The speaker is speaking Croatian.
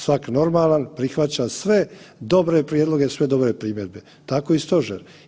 Svak normalan prihvaća sve dobre prijedloge, sve dobre primjedbe, tako i stožer.